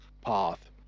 path